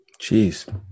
Jeez